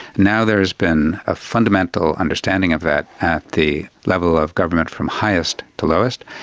now there has been a fundamental understanding of that at the level of government from highest to lowest.